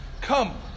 Come